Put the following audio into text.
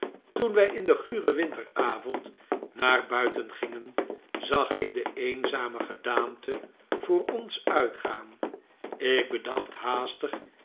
toen wij in den guren winteravond naar buiten gingen zag ik de eenzame gedaante voor ons uitgaan ik bedacht haastig